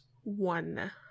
one